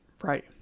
right